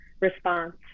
response